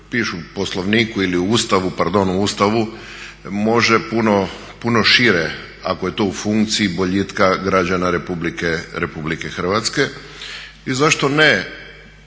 u Poslovniku ili u Ustavu, pardon u Ustavu može puno šire ako je to u funkciji boljitka građana RH. I zašto ne